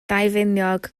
daufiniog